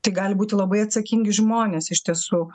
tai gali būti labai atsakingi žmonės iš tiesų